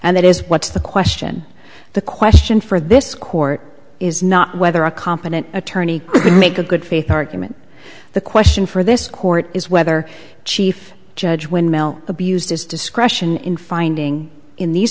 and that is what's the question the question for this court is not whether a competent attorney can make a good faith argument the question for this court is whether chief judge when mel abused his discretion in finding in these